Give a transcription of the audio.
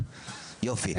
יופי.